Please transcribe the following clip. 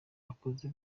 akoze